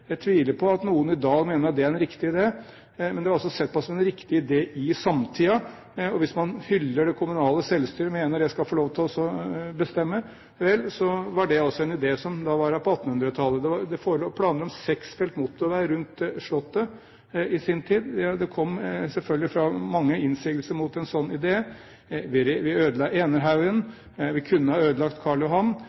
Jeg tviler på at noen i dag mener at det er en riktig idé, men det var altså sett på som en riktig idé i samtiden. Hvis man hyller det kommunale selvstyret og mener det skal få lov til å bestemme, vel, så var det altså en idé på 1800-tallet. Det forelå planer om seks felts motorvei rundt Slottet i sin tid – det kom selvfølgelig mange innsigelser mot en slik idé. Vi ødela Enerhaugen, og vi kunne ha ødelagt Karl Johan. Det har vært formidabelt viktig å ha myndigheter som griper inn og